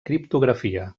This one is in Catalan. criptografia